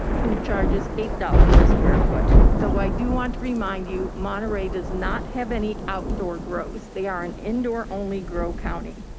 who charges eight dollars per square foot. though i do want to remind you, monterey does not have any outdoor grows. they are an indoor-only grow county.